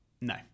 No